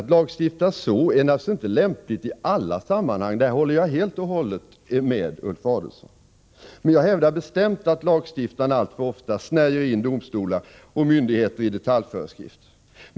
Att lagstifta så är naturligtvis inte lämpligt i alla sammanhang — där håller jag helt och hållet med Ulf Adelsohn. Men jag hävdar bestämt att lagstiftaren alltför ofta snärjer in domstolar och myndigheter i detaljföreskrifter.